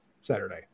Saturday